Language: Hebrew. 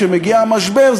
כשמגיע משבר,